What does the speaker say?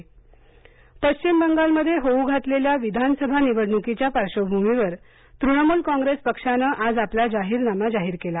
तृणमूल कॉंग्रेस पश्विम बंगाल मध्ये होऊ घातलेल्या विधानसभा निवडणुकीच्या पार्श्वभूमीवर तृणमूल कॉंग्रेस पक्षाने आज आपला जाहीरनामा जाहीर केला